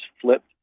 flipped